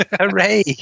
Hooray